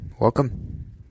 welcome